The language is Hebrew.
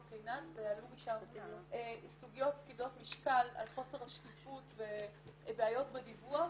קינן ועלו שם סוגיות כבדות משקל על חוסר השקיפות ובעיות בדיווח.